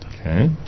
Okay